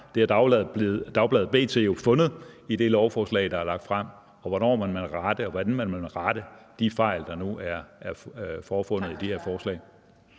det har dagbladet B.T. jo fundet – i det lovforslag, der er lagt frem. Og hvornår vil man rette og hvordan vil man rette de fejl, der nu er forefundet i det her forslag?